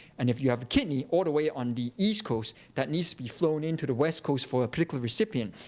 and if you have a kidney all the way on the east coast that needs to be flown into the west coast for a particular recipient,